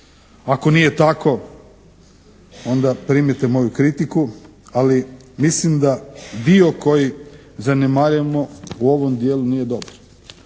ako nije tako, onda primite moju kritiku, ali mislim da dio koji zanemarujemo u ovom dijelu nije dobar.